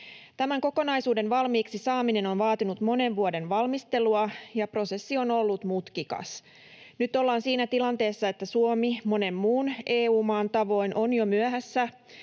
Tämän kokonaisuuden valmiiksi saaminen on vaatinut monen vuoden valmistelua, ja prosessi on ollut mutkikas. Nyt ollaan siinä tilanteessa, että Suomi monen muun EU-maan tavoin on jo myöhässä,